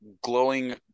glowing